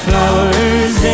Flowers